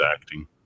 acting